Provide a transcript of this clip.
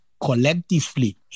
collectively